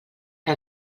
que